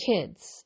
kids